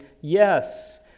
yes